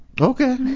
Okay